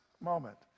moment